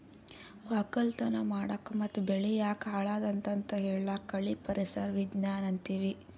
ವಕ್ಕಲತನ್ ಮಾಡಕ್ ಮತ್ತ್ ಬೆಳಿ ಯಾಕ್ ಹಾಳಾದತ್ ಅಂತ್ ಹೇಳಾಕ್ ಕಳಿ ಪರಿಸರ್ ವಿಜ್ಞಾನ್ ಅಂತೀವಿ